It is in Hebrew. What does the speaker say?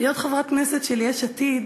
להיות חברת כנסת של יש עתיד